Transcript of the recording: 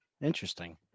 Interesting